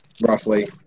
roughly